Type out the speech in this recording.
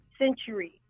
century